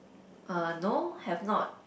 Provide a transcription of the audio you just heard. uh no have not